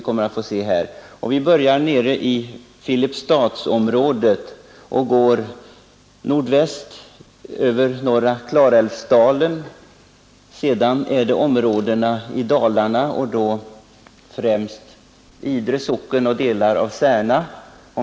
Om vi redan börjar nere i Filipstadsområdet och går nordväst över norra Klarälvsdalen är det även fråga om områden i Dalarna, främst Idre socken och delar av Särna.